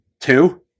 Two